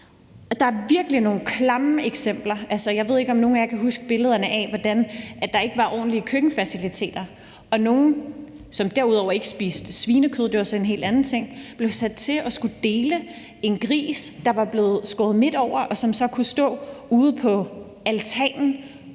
Der er virkelig nogle klamme eksempler. Jeg ved ikke, om nogen af jer kan huske billederne af, hvordan der ikke var ordentlige køkkenfaciliteter, og hvordan nogle, som ikke spiser svinekød – det er jo så en helt anden ting – blev sat til at skulle dele en gris, der var blevet skåret midt over, og som så kunne stå ude på altanen